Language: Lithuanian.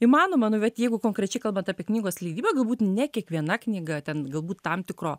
įmanoma nu bet jeigu konkrečiai kalbant apie knygos leidybą galbūt ne kiekviena knyga ten galbūt tam tikro